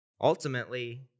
ultimately